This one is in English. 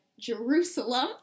Jerusalem